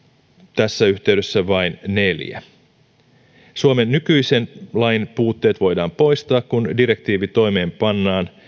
tässä yhteydessä vain neljä yksi suomen nykyisen lain puutteet voidaan poistaa kun direktiivi toimeenpannaan